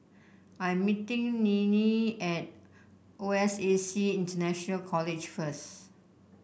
I am meeting Ninnie at O S A C International College first